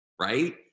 right